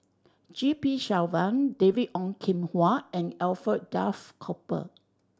G P Selvam David Ong Kim Huat and Alfred Duff Cooper